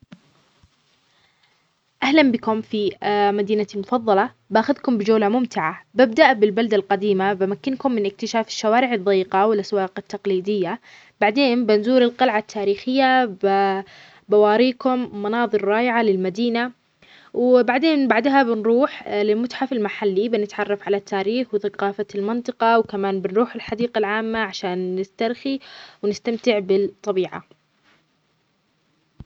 أهلا بكم في مدينتي المفضلة، باخذكم بجولة ممتعة ببدء بالبلدة القديمة، بمكنكم من اكتشاف الشوارع الضيقة والأسواق التقليدية، بعدين بنزور القلعة التاريخية ب- بواريكم مناظر رائعة للمدينة ،وبعدين بعدها بنروح لمتحف المحلي بنتعرف على التاريخ وثقافة المنطقة وكمان بنروح الحديقة العامة عشان نسترخي ونستمتع بالطبيعة.